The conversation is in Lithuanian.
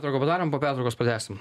pertrauką padarom po pertraukos pratęsim